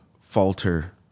falter